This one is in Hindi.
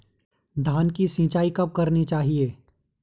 धान की सिंचाईं कब कब करनी चाहिये?